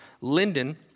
Linden